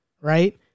right